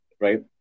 right